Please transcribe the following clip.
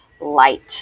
light